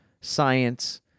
science